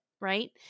Right